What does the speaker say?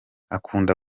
akunda